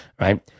right